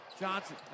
Johnson